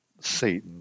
Satan